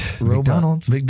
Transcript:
McDonald's